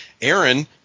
Aaron